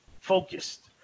focused